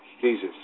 Jesus